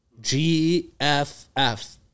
G-F-F